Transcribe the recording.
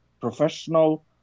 professional